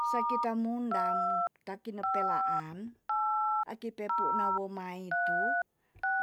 Sakita mundam ta kine pelaan. aki pe pu womai tu